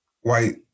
white